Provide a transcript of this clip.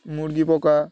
মুরগি পোকা